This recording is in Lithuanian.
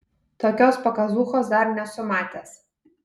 tokios pakazūchos dar nesu matęs